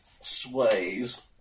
sways